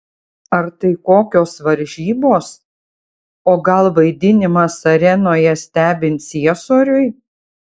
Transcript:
ar tai kokios varžybos o gal vaidinimas arenoje stebint ciesoriui